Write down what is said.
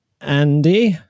Andy